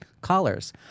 callers